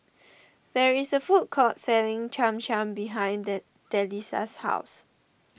there is a food court selling Cham Cham behind Delisa's house